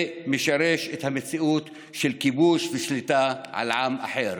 ומשריש את המציאות של כיבוש ושליטה על עם אחר.